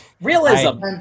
Realism